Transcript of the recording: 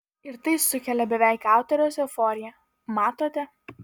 ir tai sukelia beveik autoriaus euforiją matote